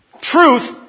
Truth